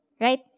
right